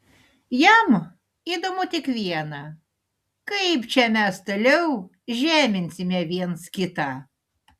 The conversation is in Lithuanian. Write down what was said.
jam įdomu tik viena kaip čia mes toliau žeminsime viens kitą